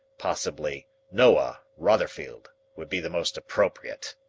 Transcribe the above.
possibly noah, rotherfield would be the most appropriate.